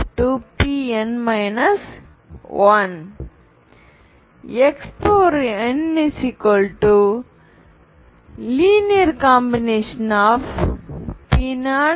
Pn 1 ⟹linear combination ஆஃப்P0P1